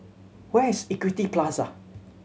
where is Equity Plaza